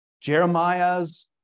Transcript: Jeremiah's